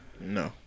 No